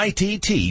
ITT